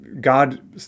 God